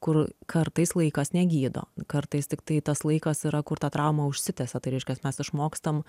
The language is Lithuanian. kur kartais laikas negydo kartais tiktai tas laikas yra kur ta trauma užsitęsia tai reiškias mes išmokstam